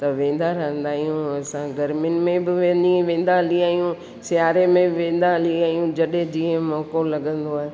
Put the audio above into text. त वेंदा रहंदा आहियूं असां गर्मीनि में बि वञी वेंदा हली आहियूं सियारे में बि वेंदा हली रहिया आहियूं जॾहिं ई मौक़ो लॻंदो आहे